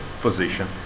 position